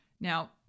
Now